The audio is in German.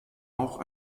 auch